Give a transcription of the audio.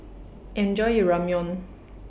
Enjoy your Ramyeon